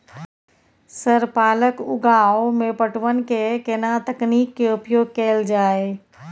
Sir पालक उगाव में पटवन के केना तकनीक के उपयोग कैल जाए?